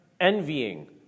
envying